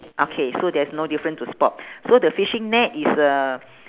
okay so there's no difference to spot so the fishing net is uh